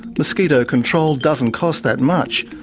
mosquito control doesn't cost that much,